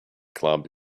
club